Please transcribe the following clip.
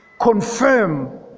confirm